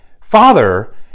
Father